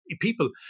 People